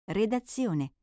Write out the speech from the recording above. redazione